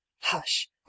hush